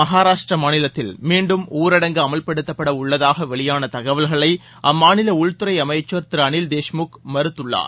மஹாராஷ்ட்ரா மாநிலத்தில் மீண்டும் ஊரடங்கு அமல்படுத்தப்பட உள்ளதாக வெளியான தகவல்களை அம்மாநில உள்துறை அமைச்சர் திரு அனில் தேஷ்முக் மறுத்துள்ளார்